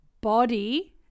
body